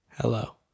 Hello